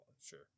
Sure